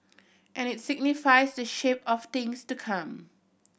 and it signifies the shape of things to come